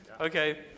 Okay